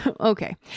Okay